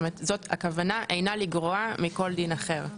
הכוונה אינה לגרוע מכל דין אחר.